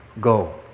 go